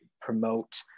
promote